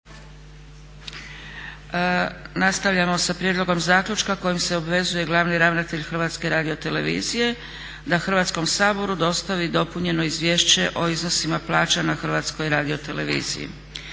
Nastavljamo sa: - Prijedlogom zaključka kojim se obvezuje glavni ravnatelj HRT-a da Hrvatskom saboru dostavi dopunjeno izvješće o iznosima plaća na HRT-u – Predlagatelj